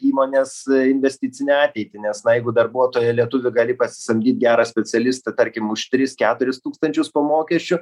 įmonės investicinę ateitį nes na jeigu darbuotoją lietuvį gali pasisamdyt gerą specialistą tarkim už tris keturis tūkstančius po mokesčių